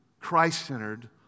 Christ-centered